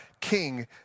king